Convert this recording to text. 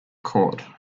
court